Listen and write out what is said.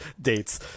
dates